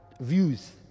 Views